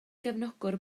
gefnogwr